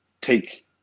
take